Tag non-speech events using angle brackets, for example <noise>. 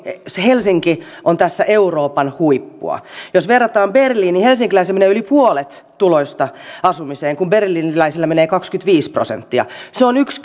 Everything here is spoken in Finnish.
helsinki on tässä euroopan huippua jos verrataan berliiniin helsinkiläisellä menee yli puolet tuloista asumiseen kun berliiniläisellä menee kaksikymmentäviisi prosenttia se on yksi <unintelligible>